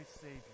Savior